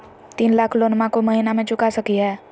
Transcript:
तीन लाख लोनमा को महीना मे चुका सकी हय?